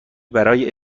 برای